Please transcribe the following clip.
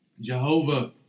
Jehovah